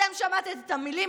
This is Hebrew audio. אתם שמעת את המילים.